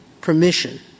permission